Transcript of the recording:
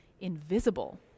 invisible